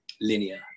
linear